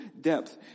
depth